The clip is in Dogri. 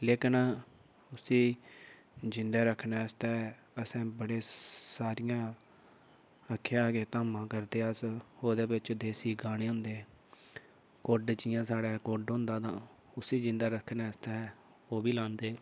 लेकिन उसी जींदे रक्खने आस्तै असें बड़े सारियां रक्खेआ के धामां करदे अस ओह्दे बिच्च देसी गाने होंदे कुड्ड जियां साढ़ा कुड्ड होंदा तां उसी जींदा रक्खने आस्तै ओह् बी लांदे